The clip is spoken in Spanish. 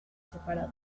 separado